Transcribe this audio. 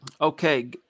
okay